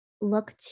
look